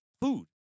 food